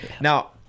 Now